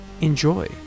enjoy